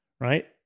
Right